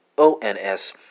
O-N-S